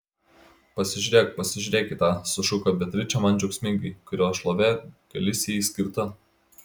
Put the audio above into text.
pasižiūrėk pasižiūrėk į tą sušuko beatričė man džiaugsmingai kurio šlovė galisijai skirta